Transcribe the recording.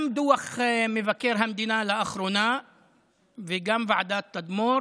גם דוח מבקר המדינה לאחרונה וגם ועדת תדמור